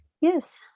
Yes